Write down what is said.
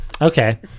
Okay